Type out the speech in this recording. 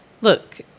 Look